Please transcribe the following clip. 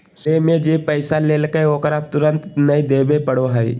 श्रेय में जे पैसा लेलकय ओकरा तुरंत नय देबे पड़ो हइ